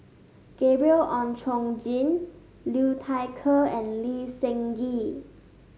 Gabriel Oon Chong Jin Liu Thai Ker and Lee Seng Gee